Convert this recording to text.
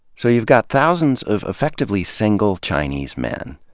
so you've got thousands of effectively-single chinese men.